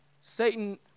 Satan